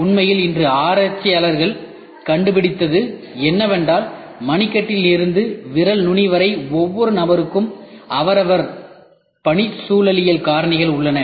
உண்மையில் இன்று ஆராய்ச்சியாளர்கள் கண்டுபிடித்தது என்னவென்றால் மணிக்கட்டில் இருந்து விரல் நுனி வரை ஒவ்வொரு நபருக்கும் அவரவர் பணிச்சூழலியல் காரணிகள் உள்ளன